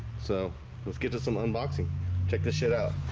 so let's get to some unboxing check this shit out.